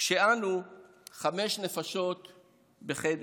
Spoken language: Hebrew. כשאנו חמש נפשות בחדר.